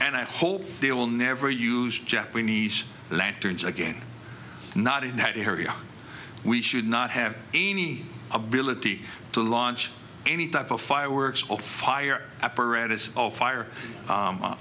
and i hope they will never use japanese lanterns again not in that area we should not have any ability to launch any type of fireworks fire apparatus of fire